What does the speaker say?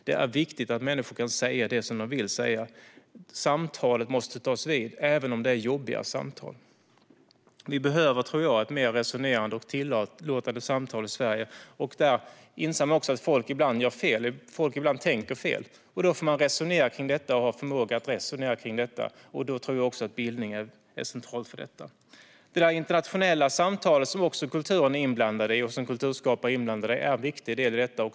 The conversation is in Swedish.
Det är viktigt att människor kan säga det som de vill säga. Samtal måste föras även om det är jobbiga samtal. Vi behöver, tror jag, ett mer resonerande och tillåtande samtal i Sverige. Där inser man också att folk ibland gör fel och tänker fel. Då får man ha förmåga att resonera kring detta, och då tror jag också att bildning är centralt. Det internationella samtalet, som kulturen är inblandad i och som kulturskapare är inblandade i, är en viktig del i detta.